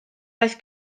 aeth